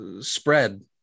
spread